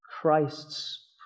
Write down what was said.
Christ's